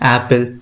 Apple